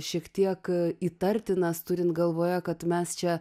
šiek tiek įtartinas turint galvoje kad mes čia